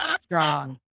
Strong